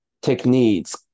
techniques